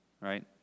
right